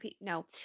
no